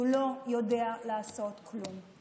הוא לא יודע לעשות כלום.